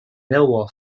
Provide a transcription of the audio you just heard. millwall